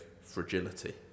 fragility